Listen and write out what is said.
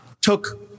took